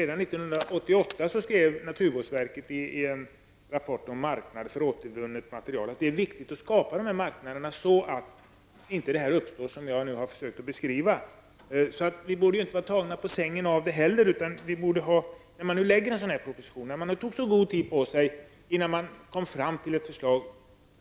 Redan 1988 skrev naturvårdsverket i en rapport om marknaden för återvunnet material att det är viktigt att skapa dessa marknader så att det som jag nu har försökt beskriva inte uppstår. Vi borde alltså inte vara tagna på sängen av detta. När nu regeringen lade fram en sådan här proposition, när regeringen tog så god tid på sig innan den kom fram till ett förslag,